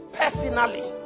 personally